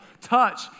touch